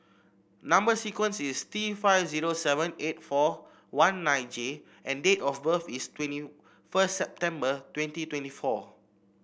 number sequence is T five zero seven eight four one nine J and date of birth is twenty first September twenty twenty four